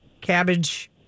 cabbage